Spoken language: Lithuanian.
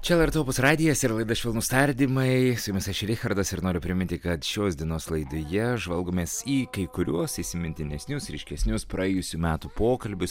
čia lrt opus radijas ir laida švelnūs tardymai su jumis aš richardas ir noriu priminti kad šios dienos laidoje žvalgomės į kai kuriuos įsimintinesnius ryškesnius praėjusių metų pokalbius